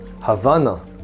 Havana